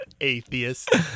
atheist